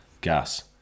Gas